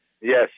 Yes